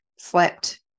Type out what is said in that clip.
slept